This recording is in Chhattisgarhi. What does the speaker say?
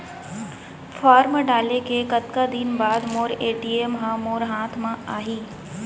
फॉर्म डाले के कतका दिन बाद मोर ए.टी.एम ह मोर हाथ म आही?